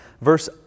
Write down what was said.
verse